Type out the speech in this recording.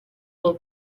will